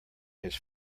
his